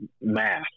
math